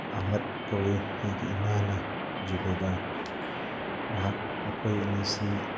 ꯑꯥꯍꯃꯠ ꯀꯧꯏ ꯑꯩꯒꯤ ꯏꯃꯥꯅ ꯖꯨꯕꯦꯗꯥꯔ ꯃꯍꯥꯛ ꯃꯈꯣꯏ ꯑꯅꯤꯁꯤ